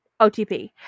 OTP